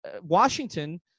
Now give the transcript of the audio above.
Washington –